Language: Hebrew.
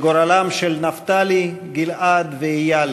מתח ודאגה לגורלם של נפתלי, גיל-עד ואיל,